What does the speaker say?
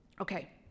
Okay